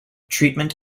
treatment